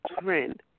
trend